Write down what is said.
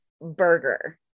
burger